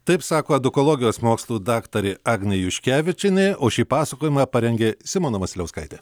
taip sako edukologijos mokslų daktarė agnė juškevičienė o šį pasakojimą parengė simona vasiliauskaitė